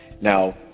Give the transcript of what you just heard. Now